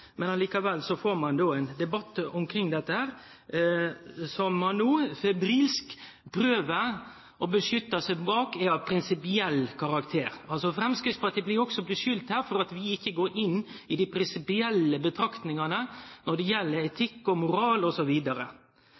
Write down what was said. Likevel får vi ein debatt omkring dette, der ein no febrilsk prøver å dekkje seg bak at det er av prinsipiell karakter. Framstegspartiet blir også skulda for at vi ikkje går inn i dei prinsipielle betraktningane når det gjeld etikk, moral